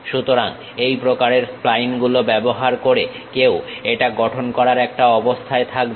সুতরাং এই প্রকারের স্প্লাইন গুলো ব্যবহার করে কেউ এটা গঠন করার একটা অবস্থায় থাকবে